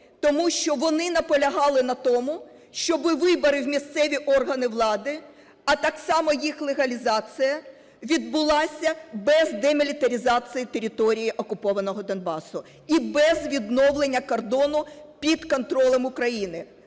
Тому що вони наполягали на тому, щоб вибори в місцеві органи влади, а так само їх легалізація, відбулася без демілітаризації території окупованого Донбасу і без відновлення кордону під контролем України.